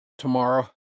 tomorrow